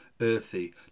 earthy